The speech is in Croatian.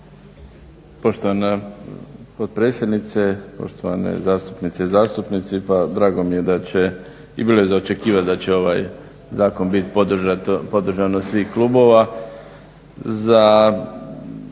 Poštovana potpredsjednice, poštovane zastupnice i zastupnici. Pa drago mi je da će, i bilo je za očekivati da će ovaj zakon biti podržan od svih klubova. Ja